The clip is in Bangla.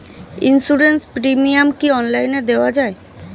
ইন্সুরেন্স প্রিমিয়াম কি অনলাইন দেওয়া যায়?